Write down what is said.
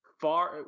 far